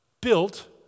built